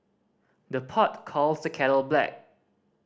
the pot calls the kettle black